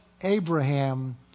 Abraham